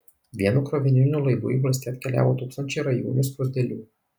vienu krovininiu laivu į valstiją atkeliavo tūkstančiai rajūnių skruzdėlių